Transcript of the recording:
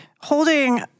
holding